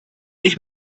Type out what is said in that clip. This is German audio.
ich